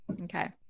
okay